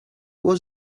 was